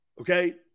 Okay